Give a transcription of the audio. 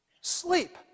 sleep